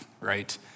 right